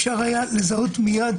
אפשר היה לזהות מייד.